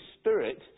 Spirit